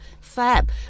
fab